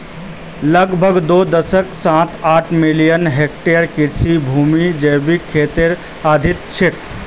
लगभग दो दश्मलव साथ आठ मिलियन हेक्टेयर कृषि भूमि जैविक खेतीर अधीन छेक